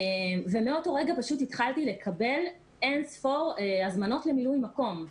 מאותו רגע פשוט התחלתי לקבל אין-ספור הזמנות למילוי מקום.